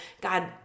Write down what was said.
God